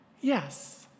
yes